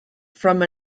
from